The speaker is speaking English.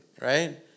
right